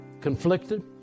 Conflicted